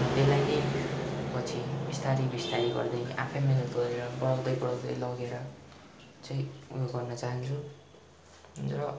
त्यस लागि पछि बिस्तारै बिस्तारै गर्दै आफै मिहिनेत गरेर बढाउँदै बढाउँदै लगेर चाहिँ उयो गर्नु चाहन्छु र